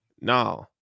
No